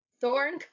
Thorn